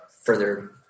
further